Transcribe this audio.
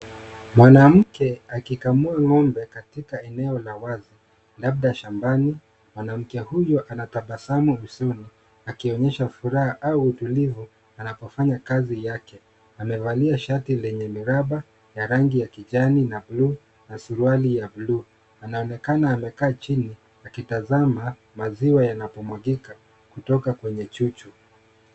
Mwanamke akikamua ng'ombe katika eneo la wazi labda shambani. Mwanamke huyu anatabasamu vizuri akionyesha furaha au utulivu anapofanya kazi yake. Amevalia shati lenye miraba ya rangi ya kijani na bluu na suruali ya buluu. Anaonekana amekaa chini akitazama maziwa yanapomwagika kutoka kwenye chuchu.